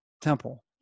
Temple